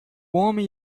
homem